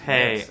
Hey